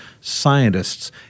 scientists